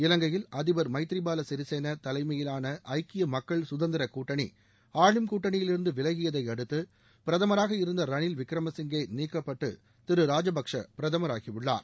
இலங்கையில் அதிபர் மைத்ரி பால சிறிசேனா தலைமையிலான ஐக்கிய மக்கள் சுதந்திரக் கூட்டணி ஆளும் கூட்டணியிலிருந்து விலகியதை அடுத்து பிரதமராக இருந்த ரனில் விக்ரம சிங்கே நீக்கப்பட்டு திரு ராஜபக்ஷே பிரதமராகியுள்ளார்